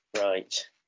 Right